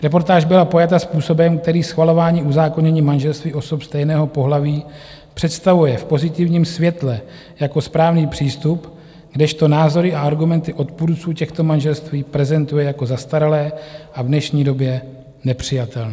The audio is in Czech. Reportáž byla pojata způsobem, který schvalování uzákonění manželství osob stejného pohlaví představuje v pozitivním světle jako správný přístup, kdežto názory a argumenty odpůrců těchto manželství prezentuje jako zastaralé a v dnešní době nepřijatelné.